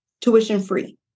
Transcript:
tuition-free